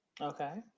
Okay